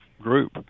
group